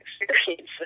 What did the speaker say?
experience